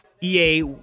EA